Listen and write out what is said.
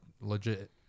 legit